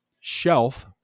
shelf